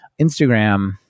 Instagram